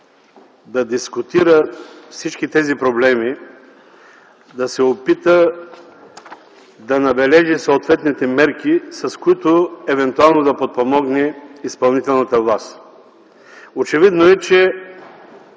да дискутира всички тези проблеми, да се опита да набележи съответните мерки, с които евентуално да подпомогне изпълнителната власт. Очевидно е, че